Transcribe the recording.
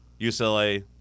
UCLA